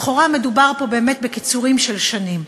לכאורה, מדובר פה באמת בקיצורים של שנים.